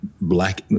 black